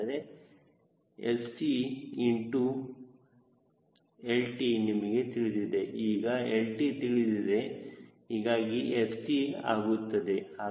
ಹಾಗಾದರೆ St into lt ನಿಮಗೆ ತಿಳಿದಿದೆ ಈಗ lt ತಿಳಿದಿದೆ ಹೀಗಾಗಿ St ಆಗುತ್ತದೆ